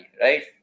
Right